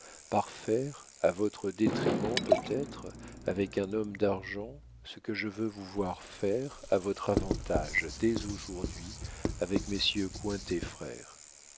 par faire à votre détriment peut-être avec un homme d'argent ce que je veux vous voir faire à votre avantage dès aujourd'hui avec messieurs cointet frères